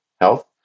health